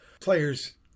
players